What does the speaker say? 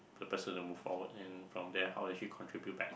the person to move forward and from there how does she contribute back